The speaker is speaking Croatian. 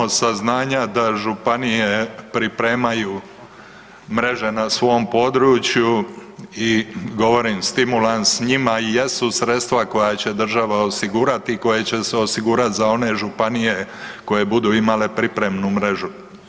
Imamo saznanja da županije pripremaju mreže na svom području i govorim stimulans njima jesu sredstva koja će država osigurati i koje će se osigurati za one županije koje budu imale pripremnu mrežu.